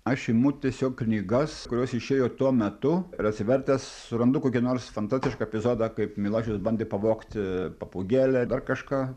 aš imu tiesiog knygas kurios išėjo tuo metu ir atsivertęs surandu kokį nors fantastišką epizodą kaip milašius bandė pavogti papūgėlę ar kažką